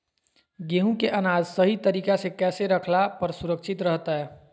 गेहूं के अनाज सही तरीका से कैसे रखला पर सुरक्षित रहतय?